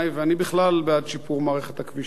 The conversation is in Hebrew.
ואני בכלל בעד שיפור מערכת הכבישים.